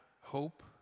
hope